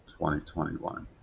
2021